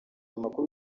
makuru